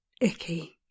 icky